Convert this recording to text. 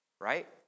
right